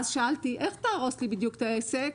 שאלתי: איך תהרוס לי בדיוק את העסק?